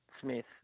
Smith